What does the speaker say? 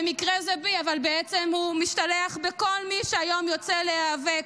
במקרה זה בי אבל בעצם הוא משתלח בכל מי שהיום יוצא להיאבק,